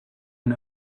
and